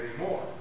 anymore